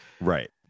Right